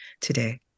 today